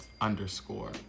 underscore